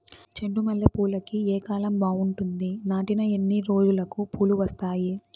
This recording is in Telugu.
చెండు మల్లె పూలుకి ఏ కాలం బావుంటుంది? నాటిన ఎన్ని రోజులకు పూలు వస్తాయి?